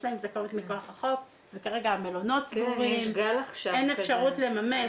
יש להם זכאות מכוח החוק וכרגע המלונות סגורים ואין אפשרות לממש.